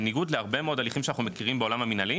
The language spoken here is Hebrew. בניגוד להרבה מאוד הליכים שאנחנו מכירים בעולם המנהלי,